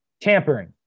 Tampering